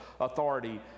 authority